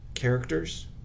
characters